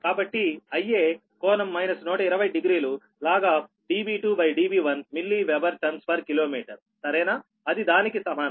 కాబట్టి Ia ∟ 1200 log Db2 Db1 milli weber turns per kilometre సరేనా అది దానికి సమానం